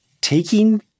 taking